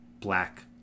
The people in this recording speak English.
Black